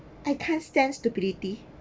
I can't stand stupidity